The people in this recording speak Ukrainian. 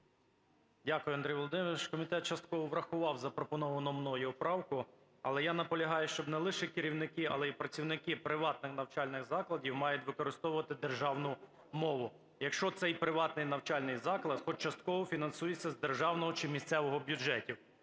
Дякую, Андрій Володимирович. Комітет частково врахував запропоновану мною правку. Але я наполягаю, що не лише керівники, але і працівники приватних навчальних закладів мають використовувати державну мову, якщо цей приватний навчальний заклад хоч частково фінансується з державного чи місцевого бюджетів.